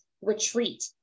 retreat